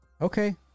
okay